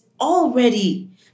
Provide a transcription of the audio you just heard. already